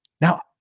Now